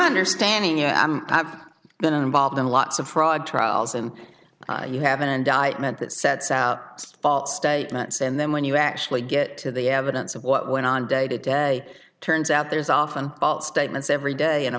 understanding it i've been involved in lots of fraud trials and you have an indictment that sets out false statements and then when you actually get to the evidence of what went on day to day turns out there's often false statements every day in a